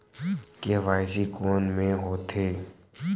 KYC कोन में होथे?